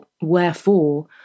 wherefore